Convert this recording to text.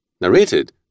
narrated